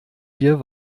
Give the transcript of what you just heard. wir